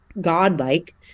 godlike